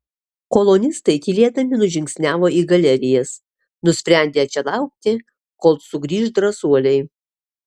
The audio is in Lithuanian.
kolonistai tylėdami nužingsniavo į galerijas nusprendę čia laukti kol sugrįš drąsuoliai